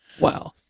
Wow